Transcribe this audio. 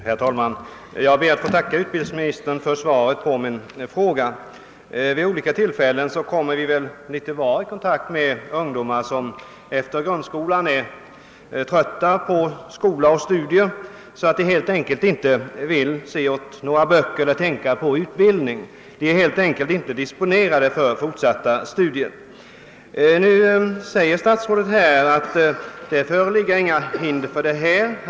Herr talman! Jag ber att få tacka utbildningsministern för svaret på min fråga. Vid olika tillfällen kommer vi väl litet var i kontakt med ungdomar som efter grundskolan är trötta på skola och studier och helt enkelt inte vill se åt några böcker eller tänka på utbildning. De är inte disponerade för fortsatta studier. Nu säger statsrådet att det inte föreligger några hinder för ungdomar som så önskar att efter grundskolan gå ut i arbetslivet och därefter återkomma till studierna.